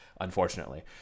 unfortunately